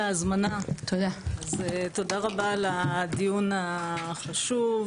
תודה על ההזמנה ותודה על הדיון החשוב.